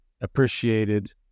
appreciated